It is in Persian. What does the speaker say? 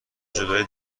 جدایی